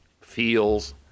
feels